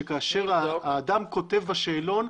שכאשר האדם כותב בשאלון,